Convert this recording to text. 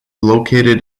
located